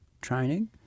training